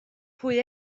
pwy